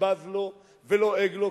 שבז לו ולועג לו,